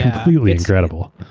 completely incredible.